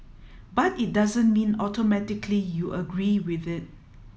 but it doesn't mean automatically you agree with it